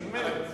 של מרצ?